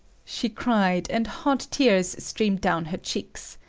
she cried and hot tears streamed down her cheeks.